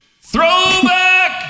throwback